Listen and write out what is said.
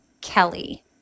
Kelly